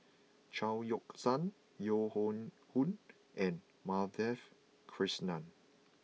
Chao Yoke San Yeo Hoe Koon and Madhavi Krishnan